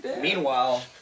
Meanwhile